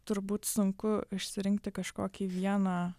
turbūt sunku išsirinkti kažkokį vieną